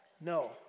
No